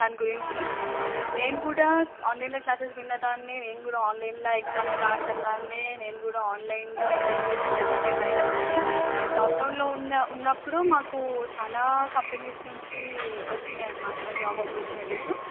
దాని గురించి నేను కుడా ఆన్లైన్లో క్లాసెస్ విన్న దాన్నే నేను కూడా ఆన్లైన్లో ఎగ్జామ్స్ రాసిన దాన్నే నేను కూడా ఆన్లైన్ ఇంటర్వ్యూస్ అటెంప్ట్ అయినదాన్నే మేం లాక్డౌన్లో ఉన్న ఉన్నప్పుడు మాకు చాలా కంపెనీస్ నుంచి వచ్చినాయి అన్నమాట జాబ్ ఆపర్చునీటిస్